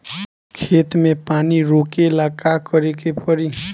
खेत मे पानी रोकेला का करे के परी?